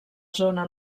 zona